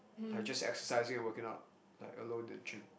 like just exercising working out alone at gym